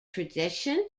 tradition